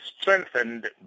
strengthened